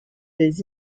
des